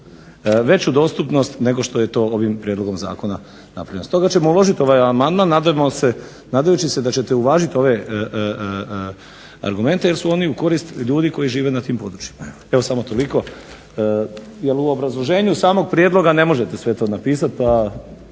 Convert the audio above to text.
veću dostupnost nego što je to ovim prijedlogom zakona napravljeno. Stoga ćemo uložit ovaj amandman nadajući se da ćete uvažit ove argumente jer su oni u korist ljudi koji žive na tim područjima. Evo samo toliko. Jer u obrazloženju samog prijedloga ne možete sve to napisat pa